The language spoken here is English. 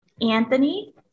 Anthony